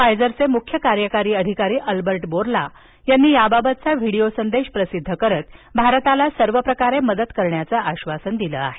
फायझरचे मुख्य कार्यकारी अधिकारी अल्बर्ट बोर्ला यांनी याबाबतचा व्हिडीओ संदेश प्रसिद्ध करत भारताला सर्व प्रकारे मदत करण्याचं आश्वासन दिलं आहे